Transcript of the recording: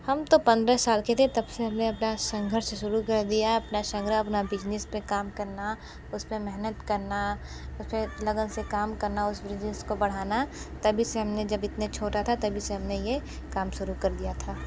हम तो पंद्रह साल के थे तब से हमने अपना संघर्ष शुरू कर दिया अपना संग्रह अपना बिज़नेस पर काम करना उस पर मेहनत करना उस पर लगन से काम करना उस बिज़नेस को बढ़ाना तभी से हमने जब इतना छोटा था तभी से हमने यह काम शुरू कर दिया था